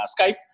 Skype